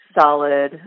solid